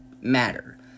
matter